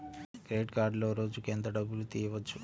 Credit కార్డులో రోజుకు ఎంత డబ్బులు తీయవచ్చు?